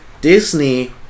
Disney